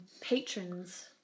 Patrons